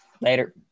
Later